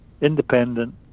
independent